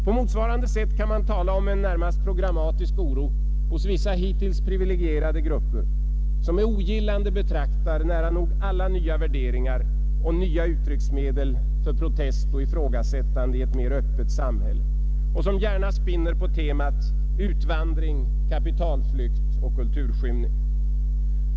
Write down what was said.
På motsvarande sätt kan man tala om en närmast programmatisk oro hos vissa hittills privilegierade grupper, som med ogillande betraktar nära nog alla nya värderingar och nya uttrycksmedel för protest och ifrågasättande i ett mer öppet samhälle och som gärna spinner på temat utvandring, kapitalflykt och kulturskymning.